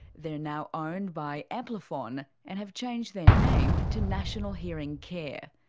they're now owned by amplifon and have changed their name to national hearing care.